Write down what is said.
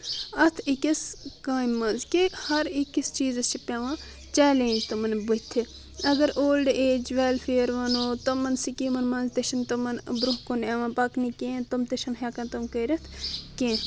اتھ أکس کامہِ منٛز کہ ہر أکس چیزس چھِ پیٚوان چیٚلینج تِمن بٕتھہِ اگر اولڈ ایج ویٚلفیر ونو تِمن سکیمن منٛز تہِ چھِنہٕ تِمن برونٛہہ کُن یِوان پکنہٕ کیٚنٛہہ تِم تہِ چھِنہٕ ہیٚکان تِم کٔرتھ کیٚنٛہہ